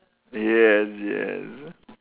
yes yes